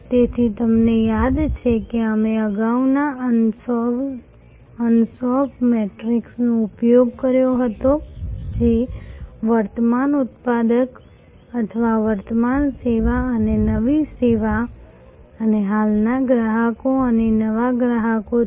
તેથી તમને યાદ છે કે અમે અગાઉના અનસોફ મેટ્રિક્સનો ઉપયોગ કર્યો હતો જે વર્તમાન ઉત્પાદન અથવા વર્તમાન સેવા અને નવી સેવા અને હાલના ગ્રાહકો અને નવા ગ્રાહકો છે